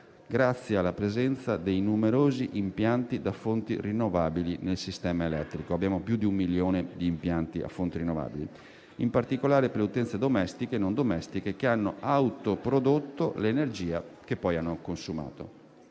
grazie alla presenza di numerosi impianti da fonti rinnovabili nel sistema elettrico (abbiamo più di un milione di impianti da fonti rinnovabili), in particolare per le utenze domestiche e non domestiche che hanno autoprodotto l'energia che poi hanno consumato.